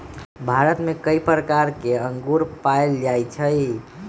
भारत में कई प्रकार के अंगूर पाएल जाई छई